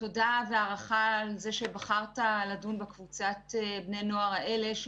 והערכה על זה שבחרת לדון בקבוצת בני נוער האלה,